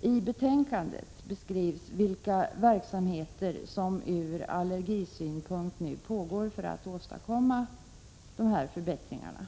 I betänkandet beskrivs vilka verksamheter som ur allergisynpunkt pågår för att åstadkomma förbättringar.